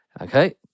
Okay